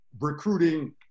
recruiting